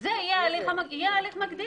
יהיה ההליך המקדים.